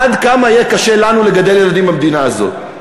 עד כמה יהיה קשה לנו לגדל ילדים במדינה הזאת?